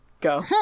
Go